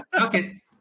Okay